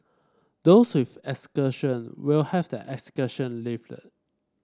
those with exclusion will have their exclusion lifted